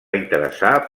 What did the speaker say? interessar